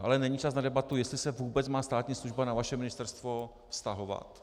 Ale není čas na debatu, jestli se vůbec má státní služba na vaše ministerstvo vztahovat?